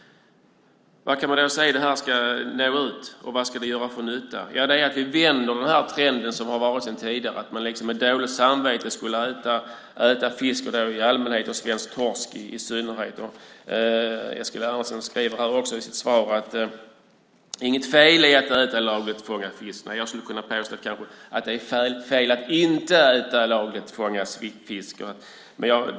Vad kan man då säga om hur detta ska nå ut? Och vad ska det göra för nytta? Vi vänder den trend som har varit rådande sedan tidigare - att man skulle äta fisk i allmänhet och svensk torsk i synnerhet med dåligt samvete. Eskil Erlandsson skriver i sitt svar att det inte är något fel i att äta lagligt fångad fisk. Jag skulle vilja påstå att det är fel att inte äta lagligt fångad fisk.